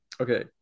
Okay